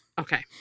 Okay